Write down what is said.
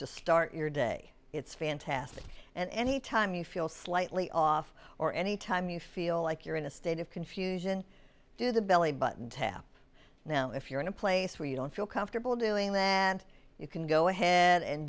to start your day it's fantastic and any time you feel slightly off or any time you feel like you're in a state of confusion do the belly button tap now if you're in a place where you don't feel comfortable doing that you can go ahead and